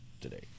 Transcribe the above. today